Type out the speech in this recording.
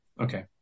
Okay